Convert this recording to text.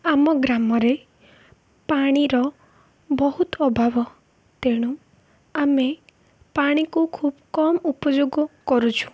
ଆମ ଗ୍ରାମରେ ପାଣିର ବହୁତ ଅଭାବ ତେଣୁ ଆମେ ପାଣିକୁ ଖୁବ୍ କମ୍ ଉପଯୋଗ କରୁଛୁ